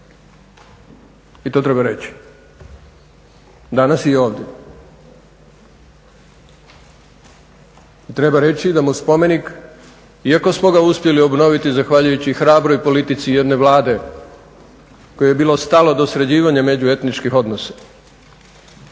i to treba reći danas i ovdje. Treba reći da mu spomenik, iako smo ga uspjeli obnoviti zahvaljujući hrabroj politici jedne Vlade kojoj je bilo stalo do sređivanja međuetničkih odnosa.